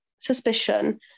suspicion